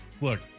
Look